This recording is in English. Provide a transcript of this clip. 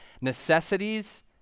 necessities